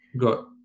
got